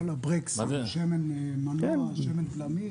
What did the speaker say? לא על הברקסים, על שמן מנוע, שמן בלמים